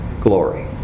glory